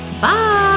Bye